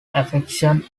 affection